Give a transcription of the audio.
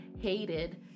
hated